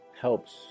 helps